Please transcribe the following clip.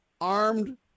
armed